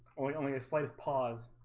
only only a slight pause